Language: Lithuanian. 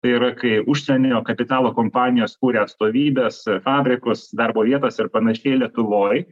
tai yra kai užsienio kapitalo kompanijos kuria atstovybes fabrikus darbo vietas ir panašiai lietuvoj